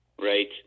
right